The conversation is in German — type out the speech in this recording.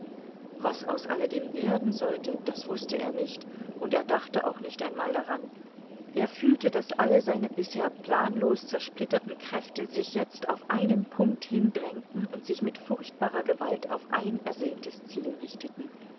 was aus alledem werden sollte das wußte er nicht und er dachte auch nicht einmal daran er fühlte daß alle seine bisher planlos zersplitterten kräfte sich jetzt auf einen punkt hin drängten und sich mit furchtbarer gewalt auf ein ersehntes ziel richteten